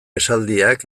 esaldiak